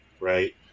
right